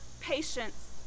patience